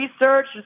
research